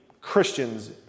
Christians